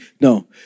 No